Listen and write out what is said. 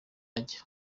ajya